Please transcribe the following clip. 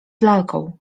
lalką